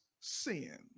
sin